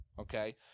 okay